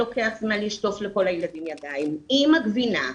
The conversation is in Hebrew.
לוקח זמן לשטוף לכל הילדים ידיים, עם הגבינה,